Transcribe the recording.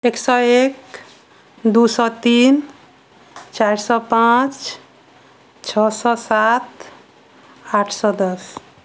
एक सए एक दू सए तीन चारि सए पाँच छओ सए सात आठ सए दस